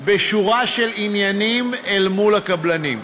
בשורה של עניינים אל מול הקבלנים.